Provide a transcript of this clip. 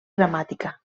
gramàtica